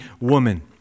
woman